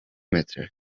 metre